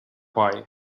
why